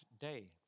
day